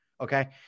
Okay